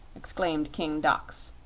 exclaimed king dox.